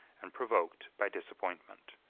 and provoked by disappointment.